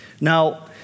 Now